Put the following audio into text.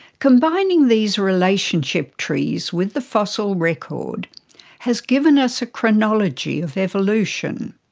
combining these relationship trees with the fossil record has given us a chronology of evolution.